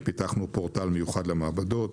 פיתחנו פורטל מיוחד למעבדות.